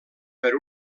per